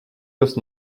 dost